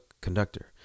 Conductor